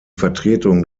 vertretung